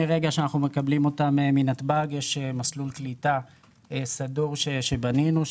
מרגע שאנחנו מקבלים אותם מנתב"ג יש מסלול קליטה סדור שבנינו.